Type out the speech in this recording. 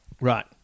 Right